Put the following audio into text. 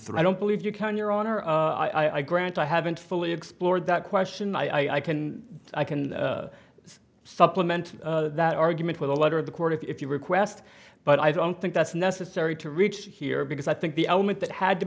threat don't believe you can your honor i grant i haven't fully explored that question i can i can supplement that argument with the letter of the court if you request but i don't think that's necessary to reach here because i think the element that had to